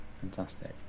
Fantastic